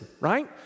right